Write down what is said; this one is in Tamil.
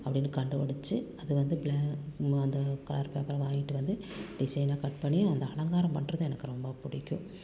அப்படின்னு கண்டுபுடித்து அது வந்து ப்ரா அது கலர் பேப்பர் வாங்கிட்டு வந்து டிஸைனாக கட் பண்ணி அது அலங்காரம் பண்ணுறது எனக்கு ரொம்ப பிடிக்கும்